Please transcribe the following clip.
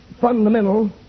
fundamental